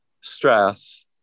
stress